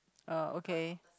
oh okay